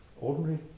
ordinary